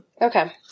Okay